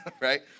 right